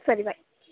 ಸರಿ ಬೈ